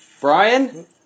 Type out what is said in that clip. Brian